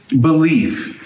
belief